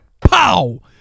pow